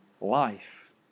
Life